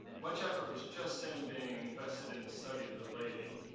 much effort was just then being invested in the study of the laity.